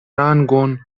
rangon